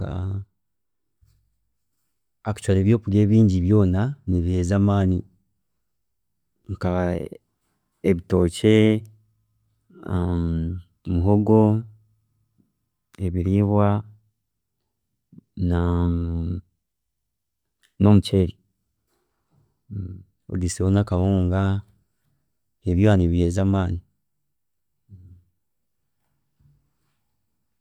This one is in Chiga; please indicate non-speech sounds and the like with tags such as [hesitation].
[hesitation] Actually ebyokurya ebingi byoona nibiheereza amaani nka ebitookye, [hesitation] muhogo, ebiriibwa, [hesitation] na nomuceeri ogaisireho nakahunga, ebyo byoona nibiheereza amaani.